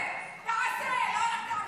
צריך להילחם נגד הפשיעה.